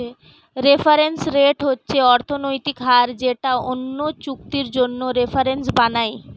reference rate হচ্ছে অর্থনৈতিক হার যেটা অন্য চুক্তির জন্য রেফারেন্স বানায়